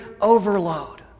overload